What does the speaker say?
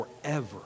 forever